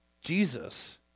Jesus